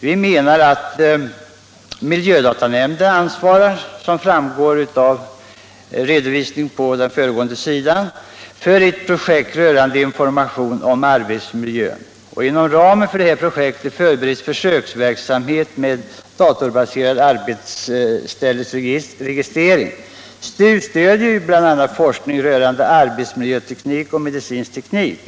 Vi menar att miljödatanämnden, som framgår av redovisning på samma sida i betänkandet, ansvarar för ett projekt rörande information om arbetsmiljön. Inom ramen för detta projekt bereds försöksverksamhet med datorbaserad arbetsställeregistrering. STU stöder ju forskning rörande arbetsmiljöteknik och medicinsk teknik.